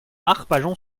arpajon